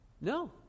No